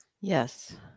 yes